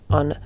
on